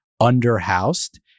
under-housed